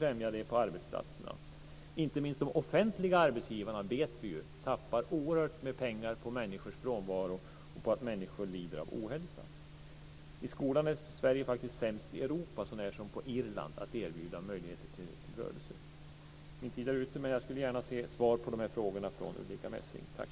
Vi vet ju att inte minst de offentliga arbetsgivarna förlorar oerhört mycket pengar på människors frånvaro och på att människor lider av ohälsa. I skolan är Sverige faktiskt sämst i Europa, så när som på Irland, på att erbjuda möjligheter till rörelse. Min talartid är ute, men jag skulle gärna höra svar från Ulrica Messing på de här frågorna. Tack!